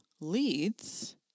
leads